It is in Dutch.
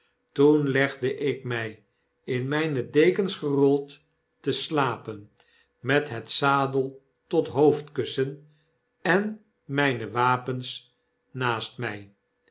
toen legde ik my in myne dekens gerold te slapen met het zadel tot hoofdkussen en mijne wapens naast my